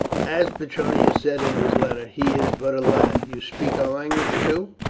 as petronius said in his letter, he is but a lad. you speak our language too?